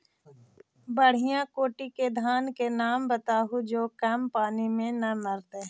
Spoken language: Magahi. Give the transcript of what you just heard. बढ़िया कोटि के धान के नाम बताहु जो कम पानी में न मरतइ?